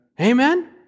Amen